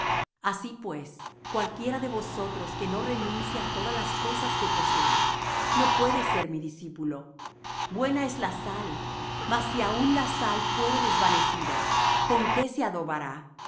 así pues cualquiera de vosotros que no renuncia á todas las cosas que posee no puede ser mi discípulo buena es la sal mas si aun la sal fuere desvanecida con qué se adobará